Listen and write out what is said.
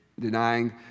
denying